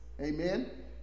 Amen